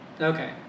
Okay